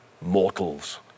mortals